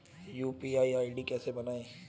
UPI ID कैसे बनाएं?